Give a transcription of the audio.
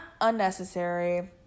unnecessary